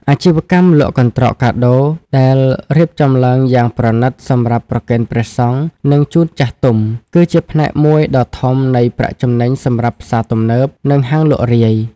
អាជីវកម្មលក់កន្ត្រកកាដូដែលរៀបចំឡើងយ៉ាងប្រណីតសម្រាប់ប្រគេនព្រះសង្ឃ និងជូនចាស់ទុំ គឺជាផ្នែកមួយដ៏ធំនៃប្រាក់ចំណេញសម្រាប់ផ្សារទំនើប និងហាងលក់រាយ។